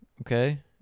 Okay